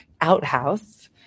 outhouse